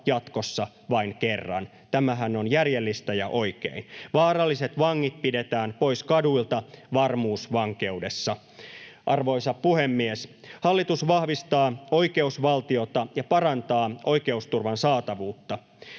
tämähän on järjellistä ja oikein. Vaaralliset vangit pidetään pois kaduilta varmuusvankeudessa. Arvoisa puhemies! Hallitus vahvistaa oikeusvaltiota ja parantaa oikeusturvan saatavuutta.